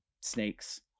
snakes